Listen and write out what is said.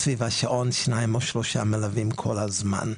סביב השעון שניים או שלושה מלווים כל הזמן.